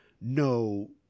no